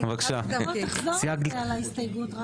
תחזור על ההסתייגות.